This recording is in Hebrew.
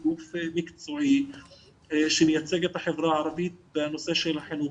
גוף מקצועי שמייצג את החברה הערבית בנושא של חינוך.